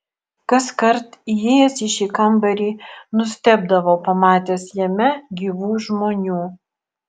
kaskart įėjęs į šį kambarį nustebdavau pamatęs jame gyvų žmonių